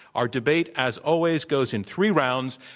our debate, as always, goes in three rounds,